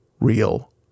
real